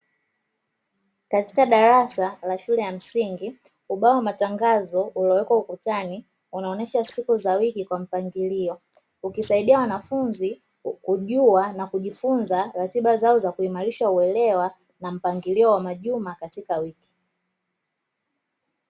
Katika darasa la shule ya msingi ubao wa matangazo uliowekwa ukutani unaonyesha siku za wiki kwa mpangilio, ukisaidia wanafunzi kujua na kujifunza ratiba zao za kuimarisha uelewa na mpangilio wa majuma katika wiki.